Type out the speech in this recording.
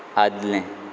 आदलें